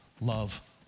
love